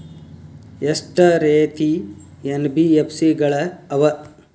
ಎಷ್ಟ ರೇತಿ ಎನ್.ಬಿ.ಎಫ್.ಸಿ ಗಳ ಅವ?